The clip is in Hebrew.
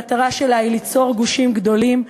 המטרה שלה היא ליצור גושים גדולים,